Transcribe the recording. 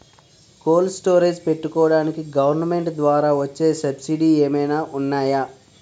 Cold storage పెట్టుకోడానికి government ద్వారా వచ్చే సబ్సిడీ ఏమైనా ఉన్నాయా?